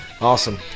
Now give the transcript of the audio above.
awesome